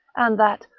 and that,